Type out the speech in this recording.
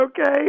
okay